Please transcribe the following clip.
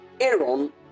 Aaron